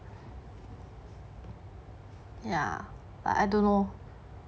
ya but I don't know